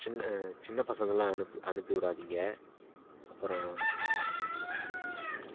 சின் சின்ன பசங்கள்லாம் அனுப் அனுப்பி விடாதிங்க அப்பறம்